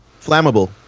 Flammable